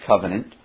covenant